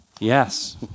Yes